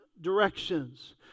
directions